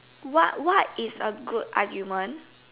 what what is a good argument